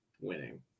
winning